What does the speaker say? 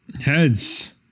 Heads